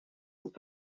het